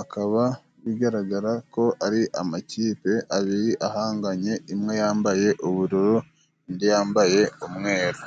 akaba bigaragara ko ari amakipe abiri ahanganye, imwe yambaye ubururu, indi yambaye umweru.